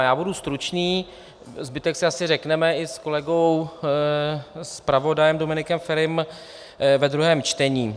Já budu stručný, zbytek si asi řekneme i s kolegou zpravodajem Dominikem Ferim ve druhém čtení.